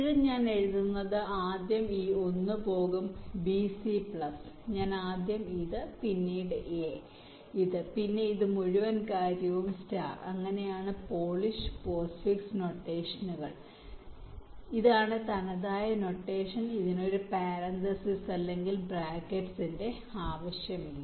ഇത് ഞാൻ എഴുതുന്നത് ആദ്യം ഈ 1 പോകും ബിസി പ്ലസ് ഞാൻ ആദ്യം ഇത് പിന്നീട് എ ഇത് പിന്നെ ഈ മുഴുവൻ കാര്യവും സ്റ്റാർ ഇങ്ങനെയാണ് പോളിഷ് പോസ്റ്റ് ഫിക്സ് നൊട്ടേഷനുകൾ എഴുതുന്നത് ഇതാണ് തനതായ നൊട്ടേഷൻ ഇതിന് ഒരു പേരെന്തെസിസ് അല്ലെങ്കിൽ ബ്രാക്കറ്റുകൾ ആവശ്യമില്ല